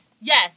yes